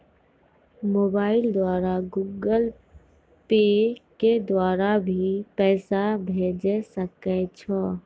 Mobile द्वारा Google pay के द्वारा भी पैसा भेजै सकै छौ?